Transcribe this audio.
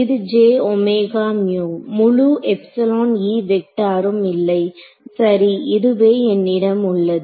இது முழு வெக்டர்ம் இல்லை சரி இதுவே என்னிடம் உள்ளது